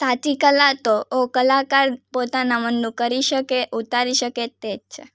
સાચી કલા તો ઑ કલાકાર પોતાના મનનું કરી શકે ઉતારી શકે તે જ છે